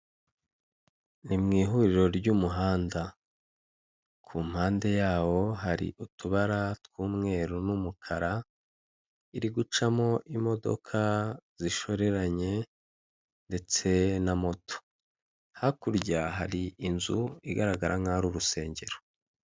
Ni mu ihuriro ry'umuhanda. Ku mpande yawo hari utubara tw'umweru n'umukara, iri gucamo imodoka zishoreranye ndetse na moto. Hakurya hari inzu igaragara nk'aho uri urusengero.